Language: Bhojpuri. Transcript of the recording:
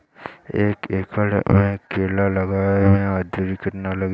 एक एकड़ में केला लगावे में मजदूरी कितना लागी?